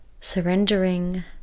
surrendering